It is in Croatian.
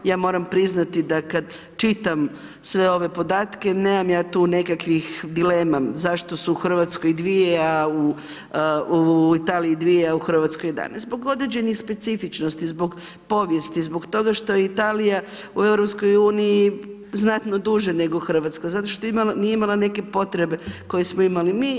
I ja moram priznati da kada čitam sve ove podatke nemam ja tu nekakvih dilema zašto su u Hrvatskoj dvije a, u Italiji dvije a u Hrvatskoj ... Zbog određenih specifičnosti, zbog povijesti, zbog toga što je Italija u EU znatno duže nego Hrvatska, zato što nije imala neke potrebe koje smo imali mi.